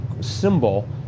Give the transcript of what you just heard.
symbol